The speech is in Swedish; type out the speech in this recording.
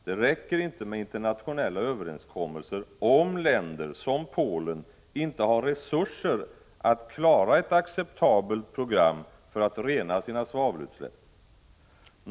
Det räcker inte med internationella överenskommelser, om länder som Polen inte har resurser att klara ett acceptabelt program för att rena sina svavelutsläpp.